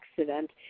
accident